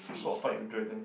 sword fight with dragon